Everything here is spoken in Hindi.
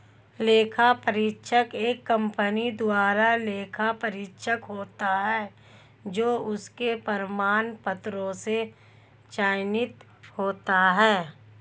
लेखा परीक्षक एक कंपनी द्वारा लेखा परीक्षक होता है जो उसके प्रमाण पत्रों से चयनित होता है